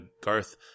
Garth